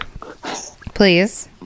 Please